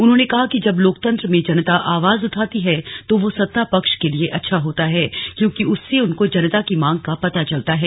उन्होंने कहा कि जब लोकतंत्र में जनता आवाज उठाती है तो वो सत्ता पक्ष के लिए अच्छा होता क्योंकि उससे उनको जनता की मांग का पता चलता है